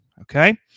Okay